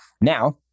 Now